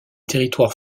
territoires